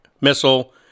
missile